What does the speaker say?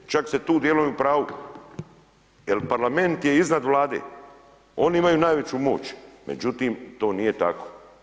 Čak ste tu dijelom i u pravu jer parlament je iznad Vlade, oni imaju najveću moć, međutim to nije tako.